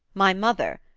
my mother,